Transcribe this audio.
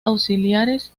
axilares